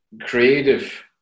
creative